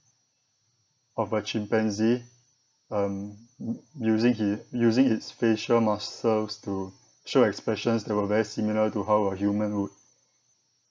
of a chimpanzee um using he using his facial muscles to show expressions that were very similar to how a human would